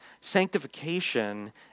sanctification